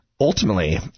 Ultimately